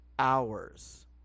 hours